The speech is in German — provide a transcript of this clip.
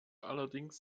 allerdings